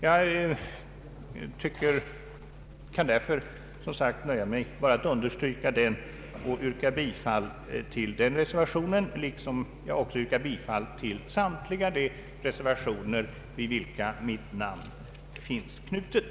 Jag kan därför, som sagt, nöja mig med att bara understryka vår motivering och yrka bifall till reservationen 10, liksom jag yrkar bifall till samtliga reservationer, till vilka mitt namn finns knutet.